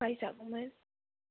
बायजागौमोन